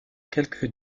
quelques